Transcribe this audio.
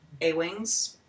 A-wings